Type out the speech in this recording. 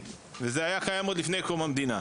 וזה היה קיים עוד לפני קום המדינה.